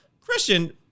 Christian